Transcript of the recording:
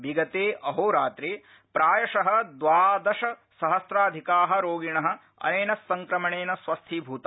विगते अहोरात्रे प्रायश द्वादशसहस्राधिका रोगिण अनेन संक्रमणेन स्वस्थीभूता